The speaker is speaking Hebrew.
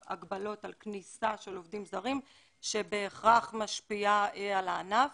הגבלות על כניסה של עובדים זרים שבהכרח משפיעה על הענף.